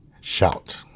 Shout